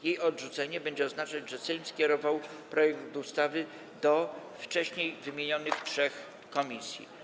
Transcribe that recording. Jej odrzucenie będzie oznaczać, że Sejm skierował projekt ustawy do wcześniej wymienionych trzech komisji.